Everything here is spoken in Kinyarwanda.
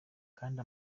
kandi